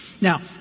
now